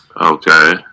Okay